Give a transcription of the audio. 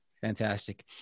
fantastic